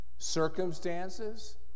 circumstances